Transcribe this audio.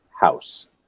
house